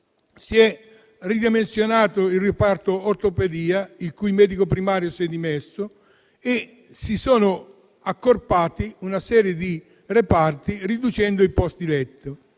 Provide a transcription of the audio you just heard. si è ridimensionato il reparto di ortopedia, il cui medico primario si è dimesso, e si sono accorpati una serie di reparti, riducendo i posti letto.